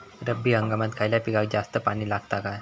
रब्बी हंगामात खयल्या पिकाक जास्त पाणी लागता काय?